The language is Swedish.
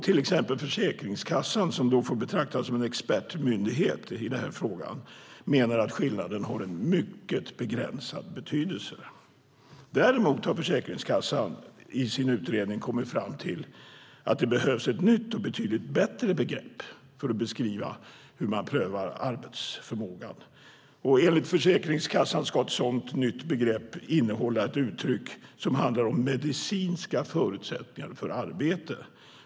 Till exempel Försäkringskassan, som får betraktas som en expertmyndighet i denna fråga, menar att skillnaden har en mycket begränsad betydelse. Däremot har Försäkringskassan i sin utredning kommit fram till att det behövs ett nytt och betydligt bättre begrepp för att beskriva hur man prövar arbetsförmåga. Enligt Försäkringskassan ska ett sådant nytt begrepp innehålla ett uttryck som handlar om medicinska förutsättningar för arbete.